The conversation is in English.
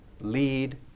lead